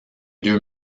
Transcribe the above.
deux